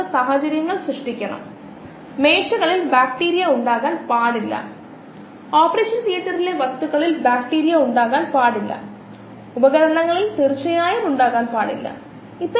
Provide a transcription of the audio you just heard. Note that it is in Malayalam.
ഈ സാഹചര്യങ്ങളിലെല്ലാം കോശങ്ങൾ തന്നെയാണ് ബയോ റിയാക്ടറിൽ നിന്നുള്ള പ്രധാന ഉൽപ്പന്നം കൂടാതെ എല്ലാ ശ്രമങ്ങളും നമുക്ക് ആവശ്യമായ കോശങ്ങളുടെ സാന്ദ്രത ഉണ്ടെന്ന് ഉറപ്പുവരുത്തുന്നതിലേക്ക് പോകുന്നു ആവശ്യമുള്ളത് എനിക്ക് തോന്നുന്നു ഞാൻ നിർദ്ദേശിച്ച ഒരു വീഡിയോ ഇവിടെ ഉണ്ടെന്ന്